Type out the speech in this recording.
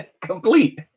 Complete